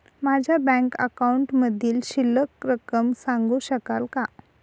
माझ्या बँक अकाउंटमधील शिल्लक रक्कम सांगू शकाल का?